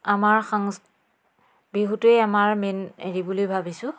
আমাৰ সাং বিহুটোৱেই আমাৰ মেইন হেৰি বুলি ভাবিছোঁ